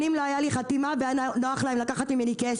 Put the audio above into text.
שנים לא הייתה לי חתימה והיה להם נוח לקחת לי כסף,